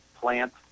Plant